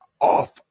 off